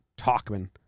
Talkman